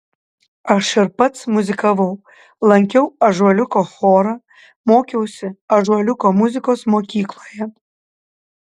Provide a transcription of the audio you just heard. aš ir pats muzikavau lankiau ąžuoliuko chorą mokiausi ąžuoliuko muzikos mokykloje